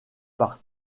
par